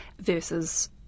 versus